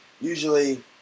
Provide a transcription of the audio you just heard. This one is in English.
usually